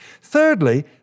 thirdly